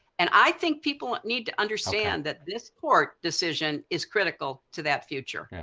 and i think people need to understand that this court decision is critical to that future. yeah.